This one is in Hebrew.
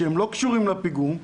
שלא קשורים לפיגום,